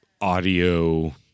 audio